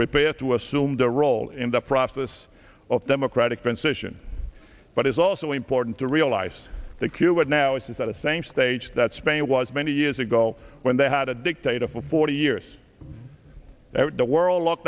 prepare to assume the role in the process of democratic transition but it's also important to realize that q what now is is at the same stage that spain was many years ago when they had a dictator for forty years the world lock